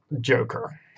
Joker